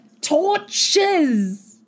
torches